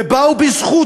ובאו בזכות,